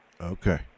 Okay